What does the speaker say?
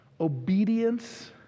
Obedience